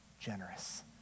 generous